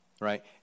right